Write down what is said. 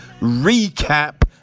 recap